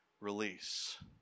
release